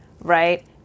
right